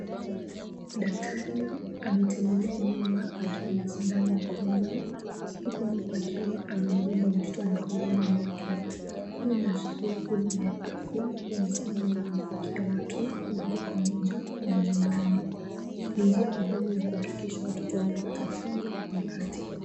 Daktari ametembelea nyumba akiwa na sindano mkononi huku mama akiwa amembeba mtoto mkononi mwake. Hii inaashiria huduma ya afya ya msingi inayowafikia watu moja kwa moja majumbani. Ni njia muhimu ya kuhakikisha watoto wanapata chanjo kwa wakati.